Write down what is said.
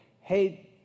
hey